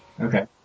Okay